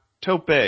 Tope